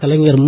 கலைஞர் மு